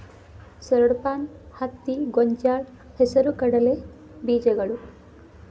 ಸೂರಡಪಾನ, ಹತ್ತಿ, ಗೊಂಜಾಳ, ಹೆಸರು ಕಡಲೆ ಬೇಜಗಳು